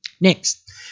next